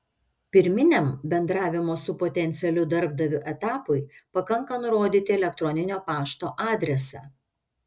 pirminiam bendravimo su potencialiu darbdaviu etapui pakanka nurodyti elektroninio pašto adresą